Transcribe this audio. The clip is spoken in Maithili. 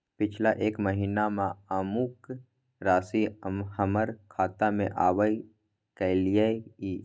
पिछला एक महीना म अमुक राशि हमर खाता में आबय कैलियै इ?